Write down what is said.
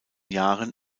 jahren